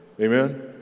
Amen